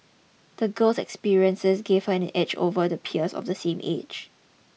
the girl's experiences gave her an edge over the peers of the same age